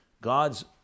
God's